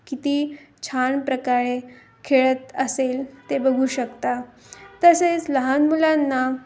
किती छान प्रकारे खेळत असेल ते बघू शकता तसेच लहान मुलांना